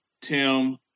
Tim